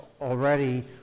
already